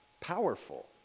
powerful